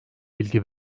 bilgi